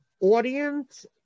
Audience